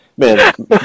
Man